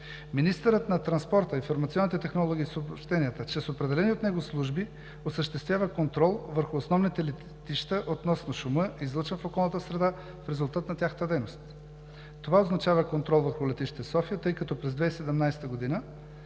Министърът на транспорта, информационните технологии и съобщенията чрез определени от него служби осъществява контрол върху основните летища относно шума, излъчван в околната среда в резултат на тяхната дейност. Това означава контрол върху летище София, тъй като през 2017 г.